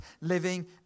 living